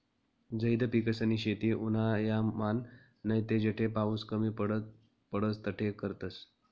झैद पिकेसनी शेती उन्हायामान नैते जठे पाऊस कमी पडस तठे करतस